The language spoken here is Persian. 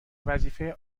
وظیفه